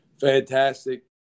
fantastic